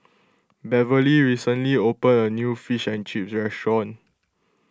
Beverlee recently opened a new Fish and Chips restaurant